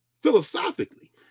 Philosophically